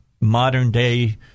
modern-day—